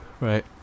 right